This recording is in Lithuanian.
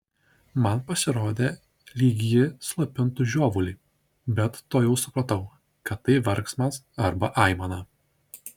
man pasirodė lyg ji slopintų žiovulį bet tuojau supratau kad tai verksmas arba aimana